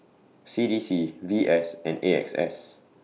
C D C V S and A X S